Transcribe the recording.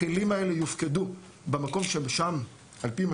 הכלים האלה יופקדו במקום שבו על פי מה